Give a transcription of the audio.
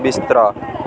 बिस्तरा